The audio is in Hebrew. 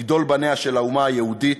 מגדול בניה של האומה היהודית,